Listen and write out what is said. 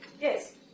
Yes